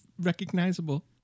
recognizable